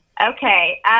Okay